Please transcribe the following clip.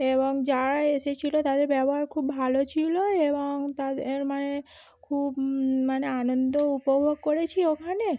এবং যারা এসেছিলো তাদের ব্যবহার খুব ভালো ছিলো এবং তাদের মানে খুব মানে আনন্দ উপভোগ করেছি ওখানে